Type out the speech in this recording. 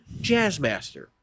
Jazzmaster